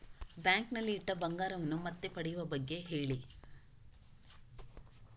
bank ನಲ್ಲಿ ಇಟ್ಟ ಬಂಗಾರವನ್ನು ಮತ್ತೆ ಪಡೆಯುವ ಬಗ್ಗೆ ಹೇಳಿ